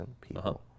people